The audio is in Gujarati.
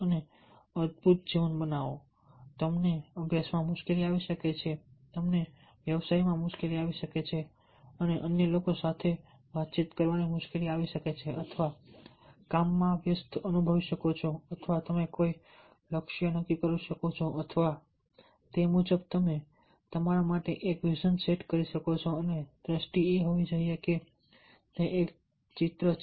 અને અદ્ભુત જીવન બનાવો તમને અભ્યાસમાં મુશ્કેલી આવી શકે છે તમને વ્યવસાયમાં મુશ્કેલી આવી શકે છે અન્ય લોકો સાથે વાતચીત કરવામાં મુશ્કેલી આવી શકે છે અથવા કામમાં વ્યસ્ત અનુભવી શકો છો અથવા તમે કોઈ લક્ષ્ય નક્કી કરી શકો છો અથવા તે મુજબ તમે તમારા માટે એક વિઝન સેટ કરી શકો છો અને દ્રષ્ટિ એ હોવી જોઈએ કે તે એક ચિત્ર છે